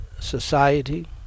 Society